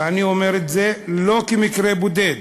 ואני אומר את זה לא כמקרה בודד,